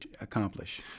accomplish